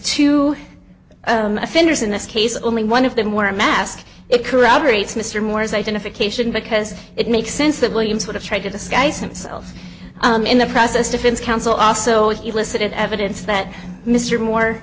two offenders in this case only one of them were a mask it corroborates mr moore's identification because it makes sense that williams would have tried to disguise himself in the process defense counsel also elicited evidence that mr moore